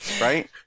right